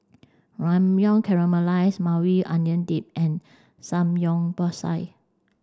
Ramyeon Caramelized Maui Onion Dip and Samgeyopsal